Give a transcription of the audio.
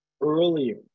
earlier